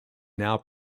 now